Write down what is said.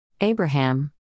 Abraham